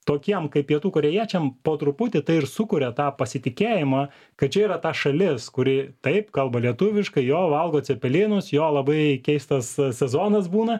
tokiem kaip pietų korėjiečiam po truputį tai ir sukuria tą pasitikėjimą kad čia yra ta šalis kuri taip kalba lietuviškai jo valgo cepelinus jo labai keistas sezonas būna